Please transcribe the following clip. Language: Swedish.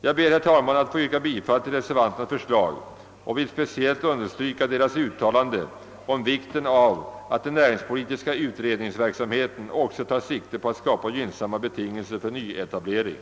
Jag ber att få yrka bifall till reservanternas förslag och vill speciellt understryka deras uttalande om vikten av att den näringspolitiska utredningsverksamheten också tar sikte på att skapa gynnsamma betingelser för nyetablering.